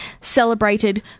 celebrated